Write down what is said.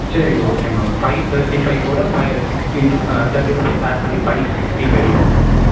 சரி okay ma'am five thirty five கூட five sixty rupee ah thirty rupee add பண்ணி five sixty five rupees ma'am